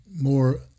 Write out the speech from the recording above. more